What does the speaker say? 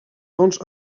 fonts